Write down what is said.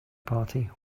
party